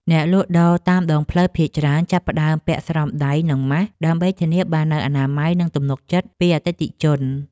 អ្នកលក់ដូរតាមដងផ្លូវភាគច្រើនចាប់ផ្តើមពាក់ស្រោមដៃនិងម៉ាស ដើម្បីធានាបាននូវអនាម័យនិងទំនុកចិត្តពីអតិថិជន។